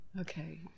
Okay